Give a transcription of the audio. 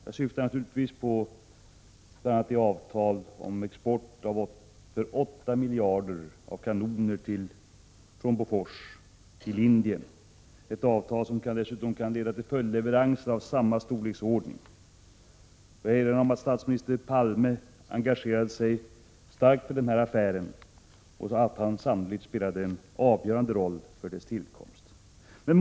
Jag syftar naturligtvis bl.a. på avtalet om export från Bofors till Indien av kanoner för åtta miljarder kronor, ett avtal som dessutom kan leda till följdleveranser av samma storleksordning. Får jag erinra om att statsminister Olof Palme engagerade sig starkt för denna affär och att han sannolikt spelade en avgörande roll för dess tillkomst.